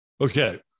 Okay